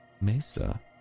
mesa